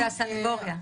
והסנגוריה.